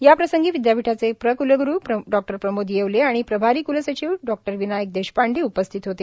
याप्रसंगी विद्यापीठाचे प्रक्लग्रू डॉ प्रमोद येवले आणि प्रभारी क्लसचिव डॉ विनायक देशपांडे उपस्थित होते